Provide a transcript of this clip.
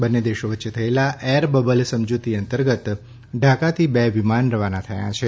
બંને દેશો વચ્ચે થયેલા એર બબલ સમજૂતી અંતર્ગત ઢાકાથી બે વિમાન રવાના થયા છે